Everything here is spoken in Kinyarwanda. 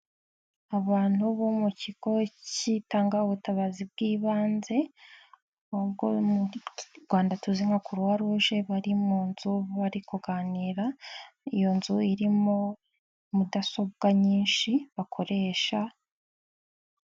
Abantu bo mu kigo kitanga ubutabazi bw'ibanze, ubwo mu Rwanda tuzi nka kuruwruje, bari mu nzu bari kuganira, iyo nzu irimo mudasobwa nyinshi bakoresha.